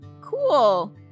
cool